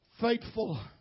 faithful